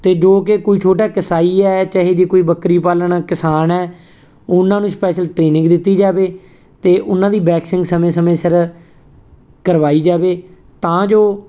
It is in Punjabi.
ਅਤੇ ਜੋ ਕਿ ਕੋਈ ਛੋਟਾ ਕਸਾਈ ਹੈ ਚਾਹੇ ਜੇ ਕੋਈ ਬੱਕਰੀ ਪਾਲਣ ਕਿਸਾਨ ਹੈ ਉਹਨਾਂ ਨੂੰ ਸਪੈਸ਼ਲ ਟ੍ਰੇਨਿੰਗ ਦਿੱਤੀ ਜਾਵੇ ਅਤੇ ਉਹਨਾਂ ਦੀ ਵੈਕਸਿੰਨ ਸਮੇਂ ਸਮੇਂ ਸਿਰ ਕਰਵਾਈ ਜਾਵੇ ਤਾਂ ਜੋ